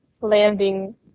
landing